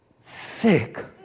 sick